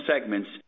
segments